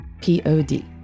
P-O-D